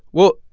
well,